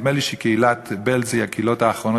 נדמה לי שקהילת בעלז היא מהקהילות האחרונות